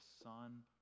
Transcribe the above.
Son